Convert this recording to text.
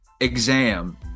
exam